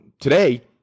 Today